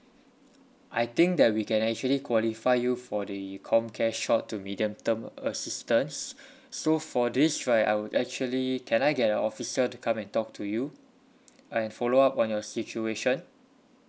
I think that we can actually qualify you for the comcare short to medium term assistance so for this right I will actually can I get an officer to come and talk to you and follow up on your situation